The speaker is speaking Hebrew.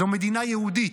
זו מדינה יהודית.